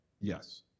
Yes